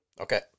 Okay